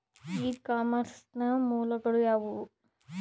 E commerce ನ ಮೂಲಗಳು ಯಾವುವು?